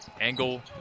angle